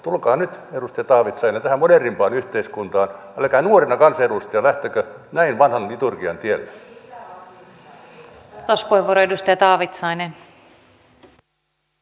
tulkaa nyt edustaja taavitsainen tähän modernimpaan yhteiskuntaan älkää nuorena kansanedustajana lähtekö näin vanhan liturgian tielle